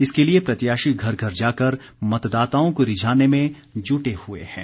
इसके लिए प्रत्याशी घर घर जाकर मतदाताओं को रिझाने में जुटे हुए हें